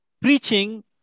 preaching